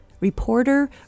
reporter